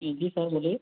जी जी सर बोलिए